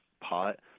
pot